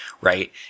right